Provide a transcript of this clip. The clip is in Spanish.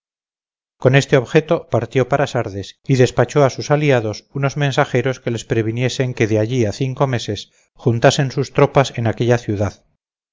con este objeto partió para sardes y despachó sus aliados unos mensajeros que les previniesen que de allí a cinco meses juntasen sus tropas en aquella ciudad